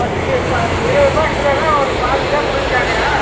பத்துக்கு எப்பா இருபது ரூபா கிலோன்னா ஒரு பாஞ்சு தான் கொடுன்னு கேக்கிறேன்